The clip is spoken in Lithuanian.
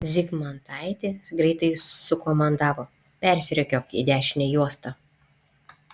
zygmantaitė greitai sukomandavo persirikiuok į dešinę juostą